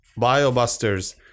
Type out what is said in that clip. BioBusters